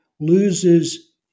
loses